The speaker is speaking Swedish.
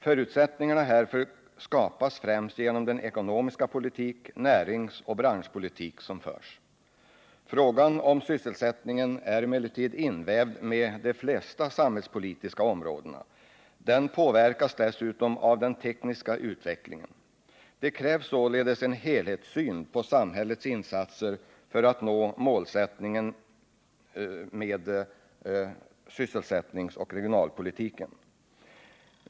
Förutsättningarna härför skapas främst genom den ekonomiska politik och den näringsoch branschpolitik som förs. Frågan om sysselsättningen är emellertid invävd i de flesta samhällspolitiska områdena. Den påverkas dessutom av den tekniska utvecklingen. Det krävs således en helhetssyn på samhällets insatser för att vi skall nå målsättningen med sysselsättningsoch regionalpolitiken.